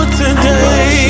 today